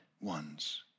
ones